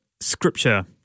scripture